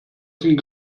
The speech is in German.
sind